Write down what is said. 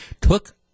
took